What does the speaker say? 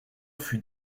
fut